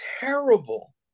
terrible